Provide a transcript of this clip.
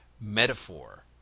metaphor